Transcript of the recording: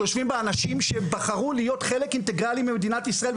שיושבים בה אנשים שבחרו להיות חלק אינטגרלי ממדינת ישראל,